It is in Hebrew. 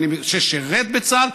ששירת בצה"ל,